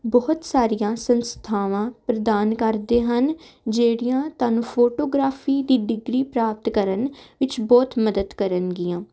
ਬਹੁਤ ਸਾਰੀਆਂ ਸੰਸਥਾਵਾਂ ਪ੍ਰਦਾਨ ਕਰਦੇ ਹਨ ਜਿਹੜੀਆਂ ਤੁਹਾਨੂੰ ਫੋਟੋਗ੍ਰਾਫੀ ਦੀ ਡਿਗਰੀ ਪ੍ਰਾਪਤ ਕਰਨ ਵਿੱਚ ਬਹੁਤ ਮਦਦ ਕਰਨ ਗੀਆਂ